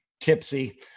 tipsy